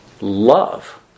Love